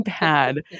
bad